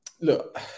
look